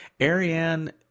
Ariane